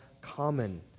common